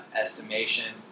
estimation